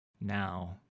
Now